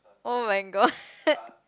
oh-my-god